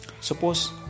Suppose